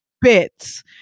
bits